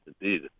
indeed